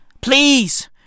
Please